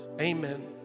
Amen